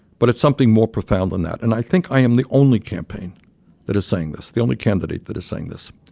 but it's something more profound than that and i think i am the only campaign that is saying this, the only candidate that is saying this.